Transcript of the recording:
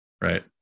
Right